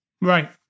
Right